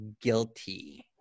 guilty